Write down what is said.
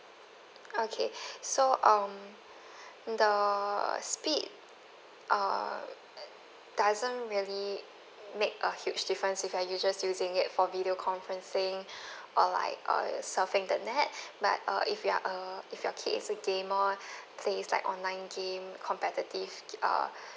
okay so um the speed err doesn't really make a huge difference if you're you just using it for video conferencing or like uh surfing the net but uh if you are err if your kid is a gamer plays like online game competitive uh